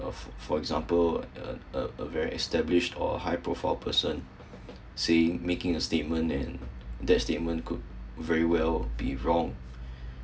of for example uh uh uh very established or high profile person see making a statement that that statement could very well be wrong